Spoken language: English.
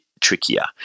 trickier